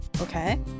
okay